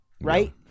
right